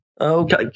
Okay